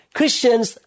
Christians